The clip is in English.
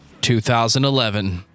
2011